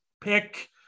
pick